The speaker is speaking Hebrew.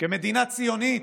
כמדינה ציונית,